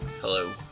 Hello